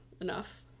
enough